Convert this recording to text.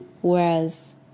Whereas